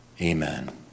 Amen